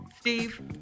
Steve